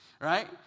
right